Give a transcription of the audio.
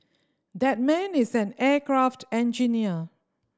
that man is an aircraft engineer